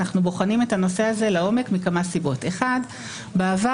אנחנו בוחנים את הנושא הזה לעומק מכמה סיבות: סיבה ראשונה בעבר